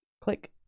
click